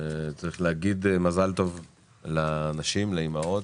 צריך להגיד מזל טוב לנשים, לאימהות,